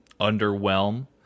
underwhelm